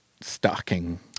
stocking